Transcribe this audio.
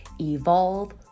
evolve